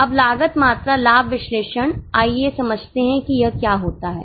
अब लागत मात्रा लाभ विश्लेषण आइए समझते हैं कि यह क्या होता है